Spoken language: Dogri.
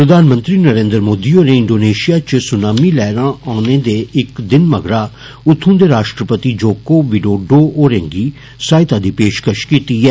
प्रधानमंत्री नरेन्द्र मोदी होरें इण्डोनेषिया च सुनामी लैहरां औने इे इक दिन मगरा उत्थू दे राश्ट्रपति जोको विडोडो होरें गी सहायता दी पेषकष कीती ऐ